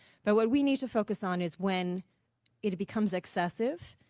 but what we need to focus on is when it becomes excessive,